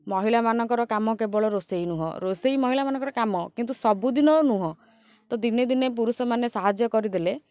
ମହିଳାମାନଙ୍କର କାମ କେବଳ ରୋଷେଇ ନୁହଁ ରୋଷେଇ ମହିଳାମାନଙ୍କର କାମ କିନ୍ତୁ ସବୁଦିନ ନୁହଁ ତ ଦିନେ ଦିନେ ପୁରୁଷମାନେ ସାହାଯ୍ୟ କରିଦେଲେ